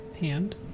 hand